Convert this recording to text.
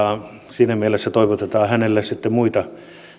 siinä mielessä toivotetaan hänelle sitten muita